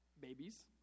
babies